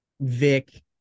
Vic